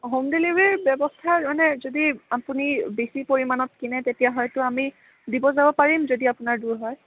অঁ home delivery ব্য়ৱস্থাৰ মানে যদি আপুনি বেছি পৰিমাণত কিনে তেতিয়া হয়তো আমি দিব যাব পাৰিম যদি আপোনাৰ দূৰ হয়